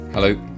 Hello